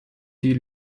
die